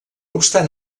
obstant